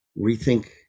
rethink